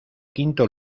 quinto